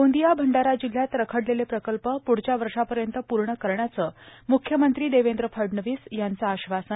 गोंदिया अंडारा जिल्हयात रखडलेले प्रकल्प पुढच्या वर्षापर्यंत पूर्ण करण्याचं मुख्यमंत्री देवेंद्र फडणवीस यांचं आश्वासन